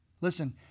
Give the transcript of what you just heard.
Listen